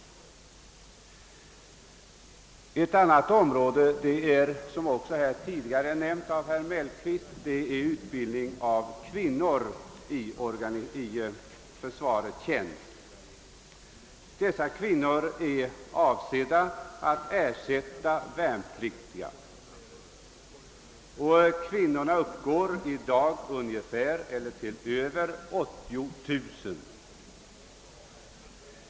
Ett annat avsnitt, som omnämndes av herr Mellqvist, gäller utbildning av kvinnor i försvarets tjänst. Dessa kvinnor avses ersätta värnpliktiga, och deras antal uppgår i dag till över 80 000.